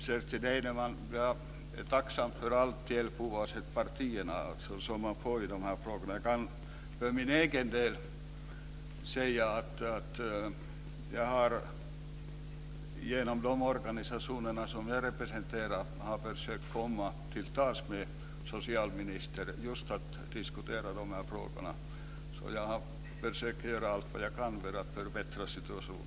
Herr talman! Jag är tacksam för all hjälp som man får i dessa frågor oavsett parti, Kerstin Heinemann. Jag kan för min egen del säga att jag genom de organisationer som jag representerar har försökt komma till tals med socialministern just för att diskutera de här frågorna. Jag har försökt göra allt vad jag kan för att förbättra situationen.